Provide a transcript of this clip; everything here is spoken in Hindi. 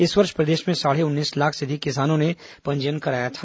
इस वर्ष प्रदेश में साढ़े उन्नीस लाख से अधिक किसानों ने पंजीयन कराया था